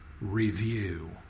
Review